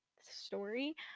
story